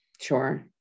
Sure